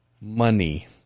money